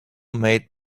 made